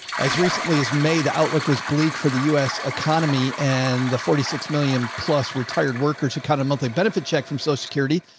as recently as may the outlook was bleak for the u s economy and the forty six million plus retired workers who count on monthly benefit check from social so security.